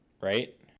right